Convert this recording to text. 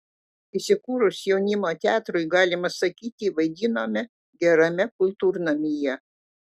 įsikūrus jaunimo teatrui galima sakyti vaidinome gerame kultūrnamyje